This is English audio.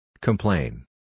Complain